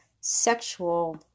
sexual